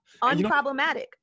Unproblematic